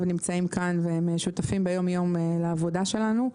נמצאים כאן והם שותפים לעבודה שלנו ביום יום.